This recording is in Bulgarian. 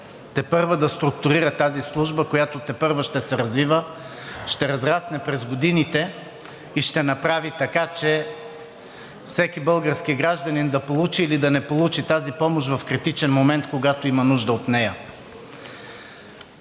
тепърва да структурира тази служба, която тепърва ще се развива, ще се разрасне през годините и ще направи така, че всеки български гражданин да получи или да не получи тази помощ в критичен момент, когато има нужда от нея.